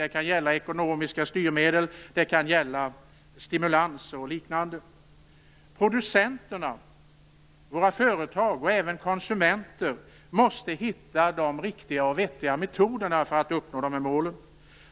Det kan gälla ekonomiska styrmedel. Det kan gälla stimulans och liknande. Producenterna, våra företag och även konsumenter måste hitta de riktiga och vettiga metoderna för att uppnå dessa mål.